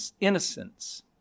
innocence